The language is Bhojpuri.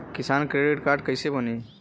किसान क्रेडिट कार्ड कइसे बानी?